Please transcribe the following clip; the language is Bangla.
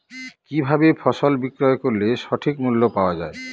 কি ভাবে ফসল বিক্রয় করলে সঠিক মূল্য পাওয়া য়ায়?